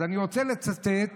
אז אני רוצה לצטט